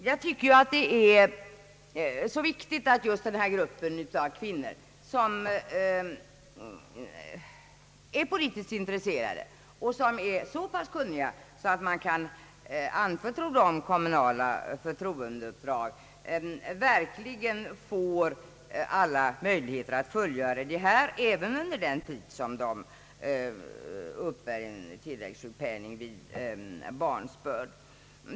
Jag tycker att det är viktigt att just denna grupp av politiskt intresserade kvinnor som är så pass kunniga att kommunala uppdrag kan anförtros dem verkligen får möjligheter att fullgöra sina åtaganden även under den tid de uppbär tilläggssjukpenning vid barnsbörd.